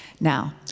Now